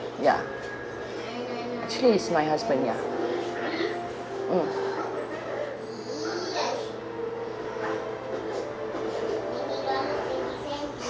ya actually is my husband ya mm